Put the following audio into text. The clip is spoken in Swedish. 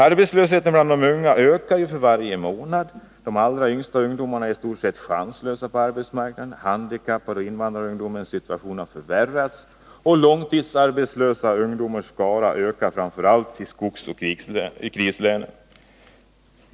Arbetslösheten bland de unga ökar för varje månad. De allra yngsta ungdomarna är i stort sett chanslösa på arbetsmarknaden. Situationen för handikappade och invandrarungdomar har förvärrats, och skaran av långtidsarbetslösa ungdomar ökar framför allt i skogsoch krislänen.